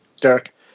Derek